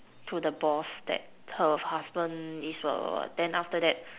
to the boss that her husband is a what then after that